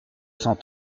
cent